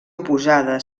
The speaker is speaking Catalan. oposada